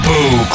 Boo